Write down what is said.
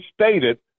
stated